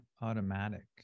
automatic